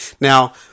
Now